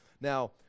Now